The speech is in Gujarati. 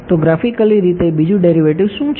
તો ગ્રાફિકલી રીતે બીજું ડેરિવેટિવ શું છે